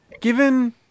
given